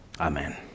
Amen